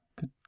Good